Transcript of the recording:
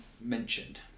mentioned